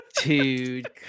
dude